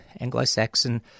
Anglo-Saxon